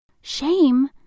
shame